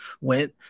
went